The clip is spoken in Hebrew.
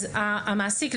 המעסיק,